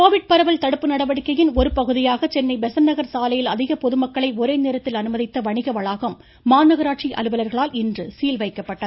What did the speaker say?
Covid பரவல் தடுப்பு நடவடிக்கையின் ஒரு பகுதியாக சென்னை பெசன்ட்நகர் சாலையில் அதிக பொதுமக்களை ஒரே நேரத்தில் அனுமதித்த வணிக வளாகம் மாநகராட்சி அலுவலர்களால் இன்று சீல் வைக்கப்பட்டது